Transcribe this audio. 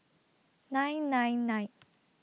nine nine nine